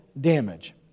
damage